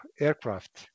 aircraft